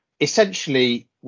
Essentially